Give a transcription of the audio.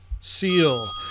seal